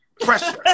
pressure